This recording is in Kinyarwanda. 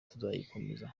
tuzayikomeza